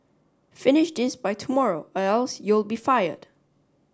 finish this by tomorrow or else you'll be fired